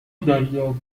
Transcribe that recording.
دریاب